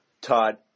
Todd